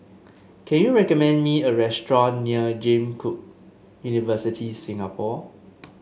can you recommend me a restaurant near James Cook University Singapore